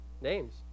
names